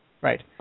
Right